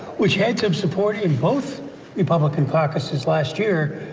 which had some support in both republican caucuses last year,